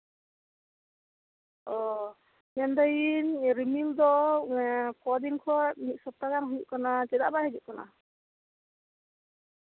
ᱚ ᱢᱮᱱᱫᱟᱭᱤᱧ ᱨᱤᱢᱤᱞ ᱫᱚ ᱠᱚ ᱫᱤᱱ ᱠᱷᱚᱡ ᱢᱤᱫ ᱥᱚᱯᱛᱟᱦᱚ ᱜᱟᱱᱮᱭ ᱦᱩᱭᱩᱜ ᱠᱟᱱᱟ ᱪᱮᱫᱟᱜ ᱵᱟᱭ ᱦᱤᱡᱩᱜ ᱠᱟᱱᱟ